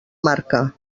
marca